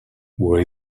where